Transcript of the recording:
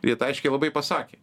ir jie tą aiškiai labai pasakė